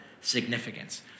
significance